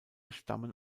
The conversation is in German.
stammen